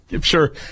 Sure